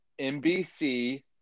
NBC